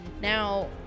Now